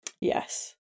Yes